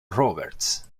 roberts